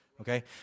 Okay